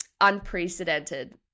Unprecedented